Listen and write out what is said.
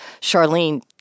Charlene